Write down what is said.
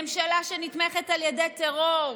ממשלה שנתמכת על ידי טרור,